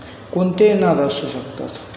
कोणतेही नाद असू शकतात